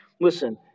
Listen